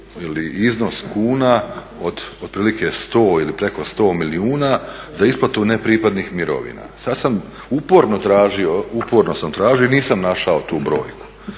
iznos kuna od otprilike 100 ili preko 100 milijuna za isplatu nepripadnih mirovina. Sad sam uporno tražio, uporno sam tražio